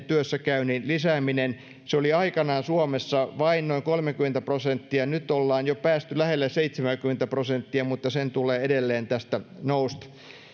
työssäkäynnin lisääminen edelleen se oli aikanaan suomessa vain noin kolmekymmentä prosenttia ja nyt ollaan jo päästy lähelle seitsemääkymmentä prosenttia mutta sen tulee edelleen tästä nousta